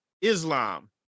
Islam